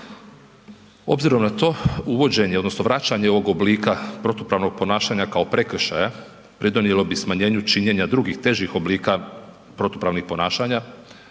Obzirom na to, uvođenje odnosno vraćanje ovog oblika protupravnog ponašanja kao prekršaja pridonijelo bi smanjenju činjenja drugih težih oblika protupravnih ponašanja